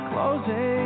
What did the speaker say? Closing